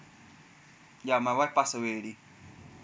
ya my wife passed away already